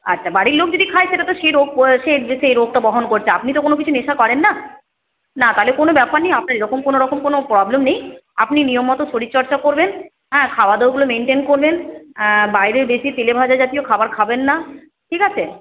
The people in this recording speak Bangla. আচ্ছা বাড়ির লোক যদি খায় সেটা তো সে রোগ সে সে রোগটা বহন করছে আপনি তো কোনকিছু নেশা করেন না না তাহলে কোনো ব্যাপার নেই আপনার এরকম কোনোরকম কোনো প্রবলেম নেই আপনি নিয়ম মতো শরীরচর্চা করবেন হ্যাঁ খাওয়া দাওয়াগুলো মেনটেন করবেন বাইরের বেশি তেলেভাজা জাতীয় খাবার খাবেন না ঠিক আছে